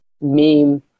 meme